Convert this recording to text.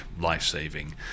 life-saving